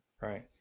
Right